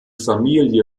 familie